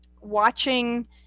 watching